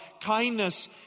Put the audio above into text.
Kindness